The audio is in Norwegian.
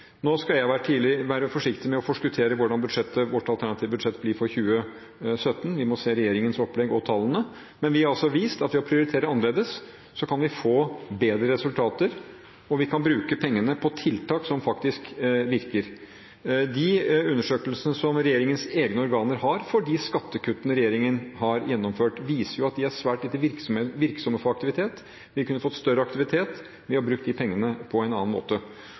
Nå skal jeg være forsiktig med å forskuttere hvordan vårt alternative budsjett blir for 2017, vi må se regjeringens opplegg og tallene, men vi har altså vist at ved å prioritere annerledes kan vi få bedre resultater, og vi kan bruke pengene på tiltak som faktisk virker. De undersøkelsene som regjeringens egne organer har for de skattekuttene regjeringen har gjennomført, viser jo at de er svært lite virksomme for aktivitet. Vi kunne fått større aktivitet ved å bruke de pengene på en annen måte.